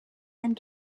and